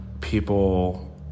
people